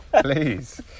please